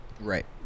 right